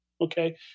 Okay